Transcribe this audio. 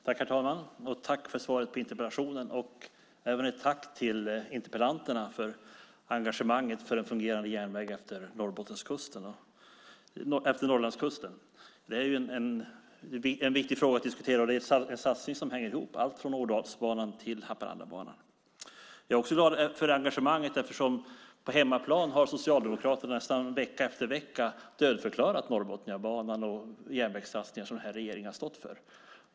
Herr talman! Tack för svaret på interpellationen och även ett tack till interpellanterna för engagemanget för en fungerande järnväg efter Norrlandskusten. Det är en viktig fråga att diskutera, och det är en satsning som hänger ihop med allt från Ådalsbanan till Haparandabanan. Jag är glad för engagemanget. På hemmaplan har Socialdemokraterna nästan vecka efter vecka dödförklarat Norrbotniabanan och de järnvägssatsningar som den här regeringen har stått för.